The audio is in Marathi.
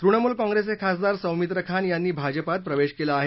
तृणमूल काँप्रेसचे खासदार सौमित्र खान यांनी भाजपात प्रवेश केला आहे